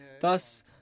Thus